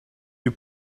you